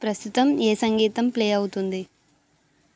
ప్రస్తుతం ఏ సంగీతం ప్లే అవుతుంది